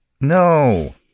No